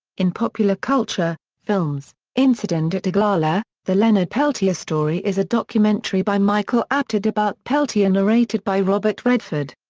in popular culture films incident at oglala the leonard peltier story is a documentary by michael apted about peltier narrated by robert redford.